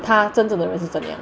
他真正的人是这么样